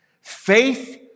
Faith